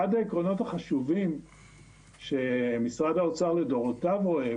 אחד העקרונות החשובים שמשרד האוצר לדורותיו רואה,